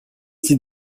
dis